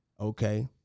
Okay